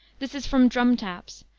this is from drum taps,